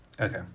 Okay